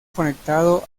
conectado